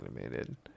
animated